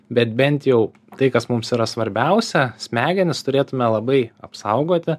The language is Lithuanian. bet bent jau tai kas mums yra svarbiausia smegenis turėtume labai apsaugoti